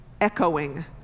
echoing